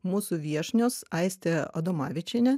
mūsų viešnios aistė adomavičienė